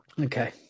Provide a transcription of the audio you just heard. Okay